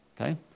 okay